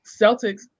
Celtics